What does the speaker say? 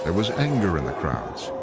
and was anger in the crowds.